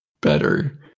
better